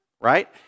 right